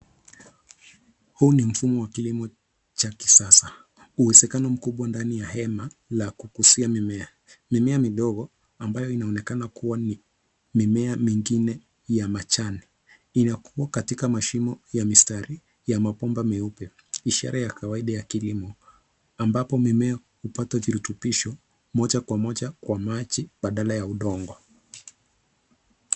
Huu ni mfumo wa kilimo cha kisasa uwezekano mkubwa ndani ya hema la kukuzia mimea. Mimea midogo ambayo inaonekana kuwa ni mimea mingine ya majani inakua katika mashimo ya mistari ya mabomba meupe ishara ya kawaida ya kilimo ambapo mimea hupata virutubisho moja kwa moja kwa maji baadala ya udongo.